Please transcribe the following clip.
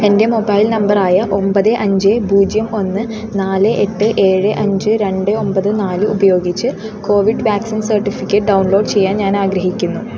എൻ്റെ mobile number ആയ ഒമ്പത് അഞ്ച് പൂജ്യം ഒന്ന് നാല് എട്ട് ഏഴ് അഞ്ച് രണ്ട് ഒമ്പത് നാല് ഉപയോഗിച്ച് കോവിഡ് വാക്സിൻ സർട്ടിഫിക്കറ്റ് ഡൗൺലോഡ് ചെയ്യാൻ ഞാൻ ആഗ്രഹിക്കുന്നു